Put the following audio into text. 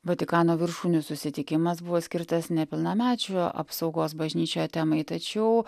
vatikano viršūnių susitikimas buvo skirtas nepilnamečių apsaugos bažnyčioje temai tačiau